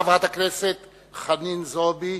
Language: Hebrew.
חברת הכנסת חנין זועבי,